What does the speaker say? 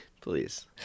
please